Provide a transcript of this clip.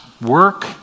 work